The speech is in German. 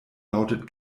lautet